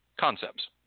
concepts